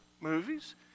movies